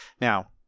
Now